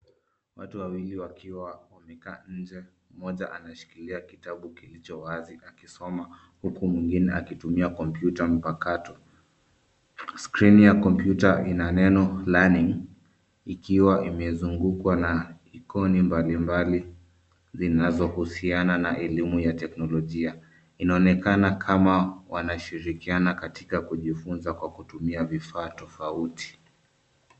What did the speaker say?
Watu wawili wakiwa wamekaa nje, mmoja anashikilia kitabu kilicho wazi akisomo huku mwingine akitumia kompyuta mpakato. Skrini ya kompyuta ina neno learning , ikiwa imezungukwa na ikoni mbali mbali zinazohusiana na elimu ya teknolojia. Inaonekana kama wanashirikiana katika kujifunza kwa kutumia vifaa tofauti.